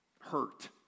hurt